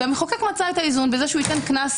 המחוקק מצא את האיזון בזה שייתן קנס,